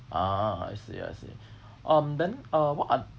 ah I see I see (m) then what